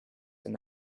and